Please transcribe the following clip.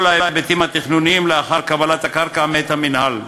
ההיבטים התכנוניים לאחר קבלת הקרקע מאת המינהל.